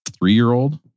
three-year-old